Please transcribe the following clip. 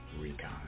Recon